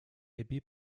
abbey